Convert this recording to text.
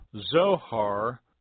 Zohar